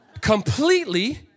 completely